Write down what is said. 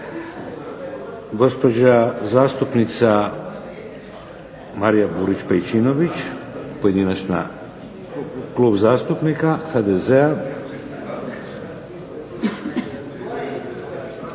Gospođa zastupnica Marija Burić Pejčinović, klub zastupnika HDZ-a.